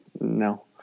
No